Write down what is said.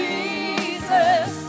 Jesus